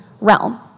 realm